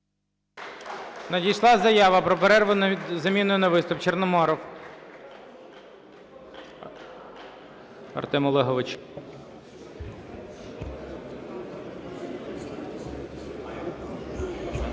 Надійшла заява про перерву із заміною на виступ. Чорноморов